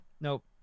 Nope